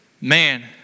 man